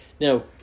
Now